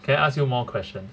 can I ask you more question